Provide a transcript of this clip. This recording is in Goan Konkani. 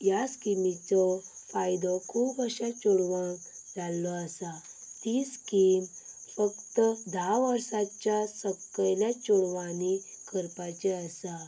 ह्या स्किमीचो फायदो खूब अशा चेडवांक जाल्लो आसा ती स्कीम फकत धा वर्साच्या सकयल्या चेडवांनी करपाची आसा